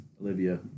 Olivia